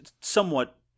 somewhat